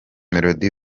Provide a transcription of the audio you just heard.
melody